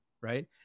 right